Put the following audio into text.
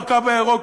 בקו הירוק,